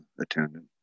attendant